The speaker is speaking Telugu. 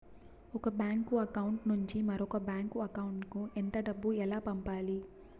ఒక బ్యాంకు అకౌంట్ నుంచి మరొక బ్యాంకు అకౌంట్ కు ఎంత డబ్బు ఎలా పంపాలి